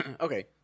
Okay